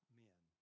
men